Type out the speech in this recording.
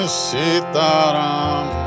sitaram